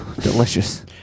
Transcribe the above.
Delicious